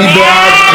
מי בעד?